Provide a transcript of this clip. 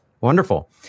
Wonderful